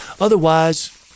otherwise